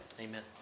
Amen